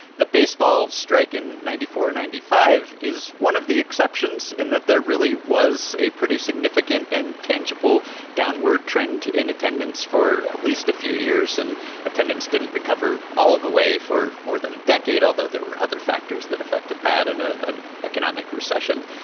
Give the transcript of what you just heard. the baseball strike in ninety four ninety five is one of the exceptions in that there really was a pretty significant and tangible downward trend in attendance for at least a few years. and attendance didn't recover all the way for more than a decade, although there were other factors that affected that in ah an economic recession.